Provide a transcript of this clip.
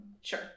Sure